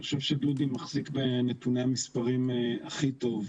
אני חושב שדודי מחזיק בנתוני המספרים הכי טוב.